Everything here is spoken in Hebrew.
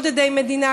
עוד עדי מדינה,